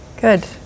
good